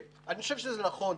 אני חושב שזה נכון.